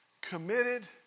committed